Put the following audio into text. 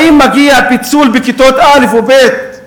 האם מגיע פיצול בכיתות א' או ב'